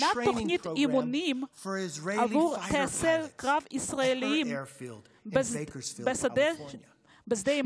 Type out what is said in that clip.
תוכנית אימונים עבור טייסי קרב ישראלים בשדה התעופה